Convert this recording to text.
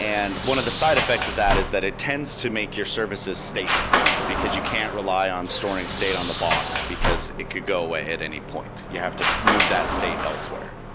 and one of the side effects of that is that it tends to make your services stateless, because you can't rely on storing state on the box, because it could go away at any point. you have to move that state elsewhere.